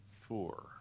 four